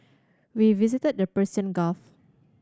we visited the Persian Gulf